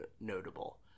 notable